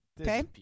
Okay